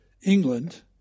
England